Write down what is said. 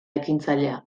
ekintzailea